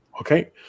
Okay